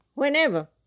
Whenever